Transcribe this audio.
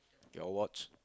your watch